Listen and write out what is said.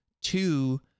Two